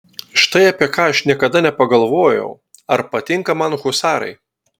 štai apie ką aš niekada nepagalvojau ar patinka man husarai